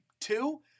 two